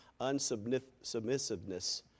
unsubmissiveness